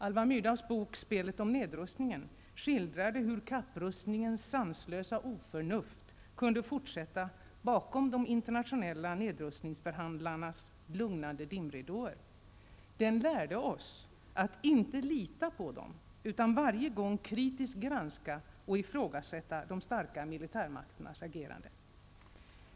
Alva Myrdals bok ''Spelet om nedrustningen'' skildrar hur kapprustningens sanslösa oförnuft kunde fortsätta bakom de internationella nedrustningsförhandlarnas lugnande dimridåer. Den lärde oss att inte lita på dem utan varje gång kritiskt granska och ifrågasätta de starka militärmakternas agerande.